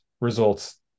results